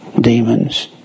demons